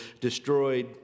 destroyed